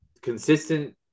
consistent